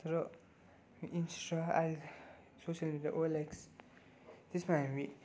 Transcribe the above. र इन्स्टा अहिले social media OLX त्यसमा हामी